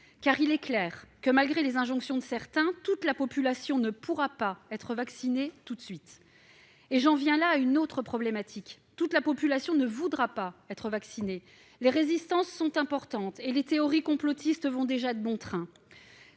clair en effet que, malgré les injonctions de certains, toute la population ne pourra pas être vaccinée tout de suite. J'en viens par là même à une autre problématique : toute la population ne voudra pas être vaccinée. Les résistances sont importantes et les théories complotistes vont déjà bon train.